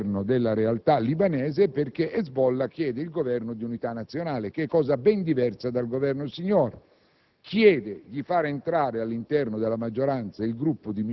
un braccio di ferro politico all'interno della realtà libanese perché Hezbollah chiede un Governo di unità nazionale, che è cosa ben diversa dal governo Siniora;